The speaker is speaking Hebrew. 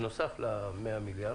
בנוסך ל-100 מיליארד,